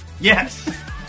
Yes